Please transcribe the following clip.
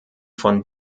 von